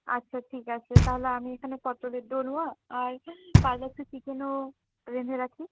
আচ্ছা ঠিক আছে তাহলে আমি এখানে পটলের দোরমা আর পারলে একটু চিকেনও রেঁধে রাখি